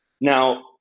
Now